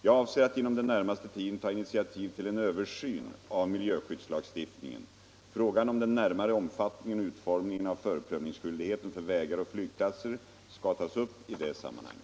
Jag avser att inom den närmaste tiden ta initiativ till en översyn av miljöskyddslagstiftningen. Frågan om den närmare omfattningen och utformningen av förprövningsskyldigheten för vägar och flygplatser skall tas upp i det sammanhanget.